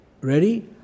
ready